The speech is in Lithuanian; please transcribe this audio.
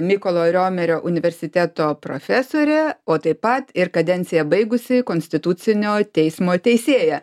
mykolo riomerio universiteto profesorė o taip pat ir kadenciją baigusi konstitucinio teismo teisėja